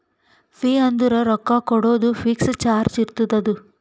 fee ಅಂದುರ್ ರೊಕ್ಕಾ ಕೊಡೋದು ಫಿಕ್ಸ್ ಚಾರ್ಜ್ ಇರ್ತುದ್ ಅದು